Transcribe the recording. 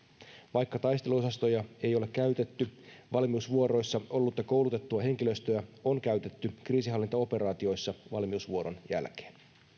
vaikka taisteluosastoja ei ole käytetty valmiusvuoroissa ollutta koulutettua henkilöstöä on käytetty kriisinhallintaoperaatioissa valmiusvuoron jälkeen